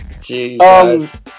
Jesus